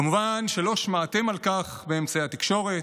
כמובן, לא שמעתם על כך באמצעי התקשורת,